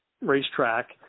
racetrack